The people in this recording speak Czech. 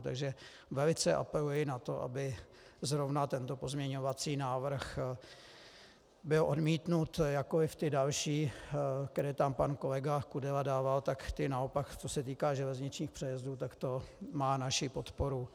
Takže velice apeluji na to, aby zrovna tento pozměňovací návrh byl odmítnut, jakkoliv ty další, které tam pan kolega Kudela dával, tak ty naopak, co se týká železničních přejezdů, tak to má naši podporu.